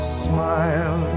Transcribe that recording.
smile